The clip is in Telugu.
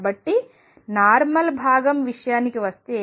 కాబట్టి నార్మల్ భాగం విషయానికి వస్తే